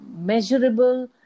measurable